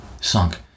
sunk